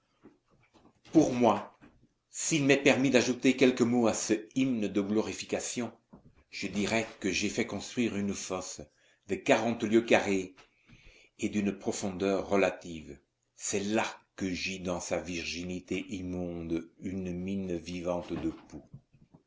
pour moi s'il m'est permis d'ajouter quelques mots à cet hymne de glorification je dirai que j'ai fait construire une fosse de quarante lieues carrées et d'une profondeur relative c'est là que gît dans sa virginité immonde une mine vivante de poux